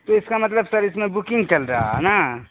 تو اس کا مطلب سر اس میں بکنگ چل رہا ہے ہے نا